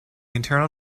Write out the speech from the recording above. internal